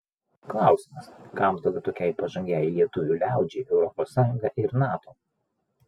klausimas kam tada tokiai pažangiai lietuvių liaudžiai europos sąjunga ir nato